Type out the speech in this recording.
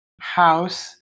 house